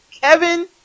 Kevin